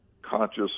conscious